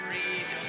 Read